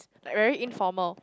like very informal